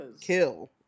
Kill